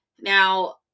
Now